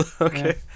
okay